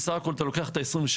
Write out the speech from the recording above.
בסך הכול אתה לוקח את ה-23,